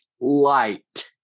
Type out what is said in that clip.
light